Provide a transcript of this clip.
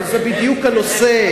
אבל זה בדיוק הנושא.